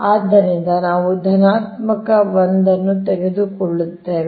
ಆದ್ದರಿಂದ ನಾವು ಧನಾತ್ಮಕ 1 ಅನ್ನು ತೆಗೆದುಕೊಳ್ಳುತ್ತೇವೆ